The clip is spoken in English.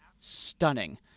stunning